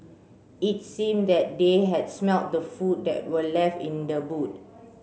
it seemed that they had smelt the food that were left in the boot